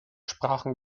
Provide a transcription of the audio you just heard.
sprachen